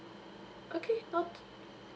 okay noted